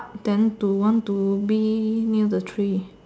then to want to be near the tree